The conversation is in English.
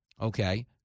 okay